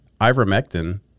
Ivermectin